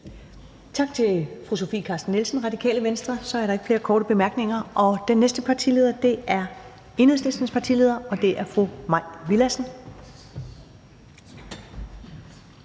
Tak til fru Sofie Carsten Nielsen, Radikale Venstre. Så er der ikke flere korte bemærkninger. Den næste partileder er Enhedslistens partileder, og det er fru Mai Villadsen.